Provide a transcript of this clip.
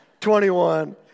21